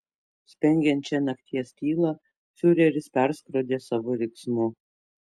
spengiančią nakties tylą fiureris perskrodė savo riksmu